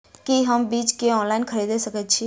की हम बीज केँ ऑनलाइन खरीदै सकैत छी?